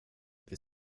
det